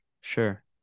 sure